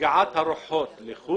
הרגעת הרוחות לחוד